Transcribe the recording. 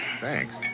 Thanks